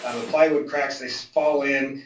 and the plywood cracks, they so fall in,